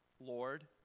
Lord